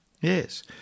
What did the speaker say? Yes